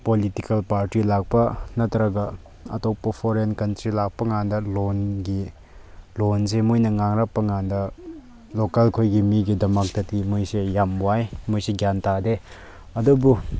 political party ꯂꯥꯛꯄ ꯅꯠꯇ꯭ꯔꯒ ꯑꯇꯣꯞꯄ ꯐꯣꯔꯦꯟ ꯀꯟꯇ꯭ꯔꯤ ꯂꯥꯛꯄꯀꯥꯟꯗ ꯂꯣꯟꯒꯤ ꯂꯣꯟꯁꯦ ꯃꯣꯏꯅ ꯉꯥꯡꯂꯛꯄꯀꯥꯟꯗ ꯂꯣꯀꯦꯜ ꯈꯣꯏꯒꯤ ꯃꯤꯒꯤꯗꯃꯛꯇꯗꯤ ꯃꯣꯏꯁꯦ ꯌꯥꯝ ꯋꯥꯏ ꯃꯣꯏꯁꯦ ꯒ꯭ꯌꯥꯟ ꯇꯥꯗꯦ ꯑꯗꯨꯕꯨ